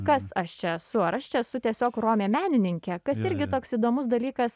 kas aš čia esu ar aš čia esu tiesiog romė menininkė kas irgi toks įdomus dalykas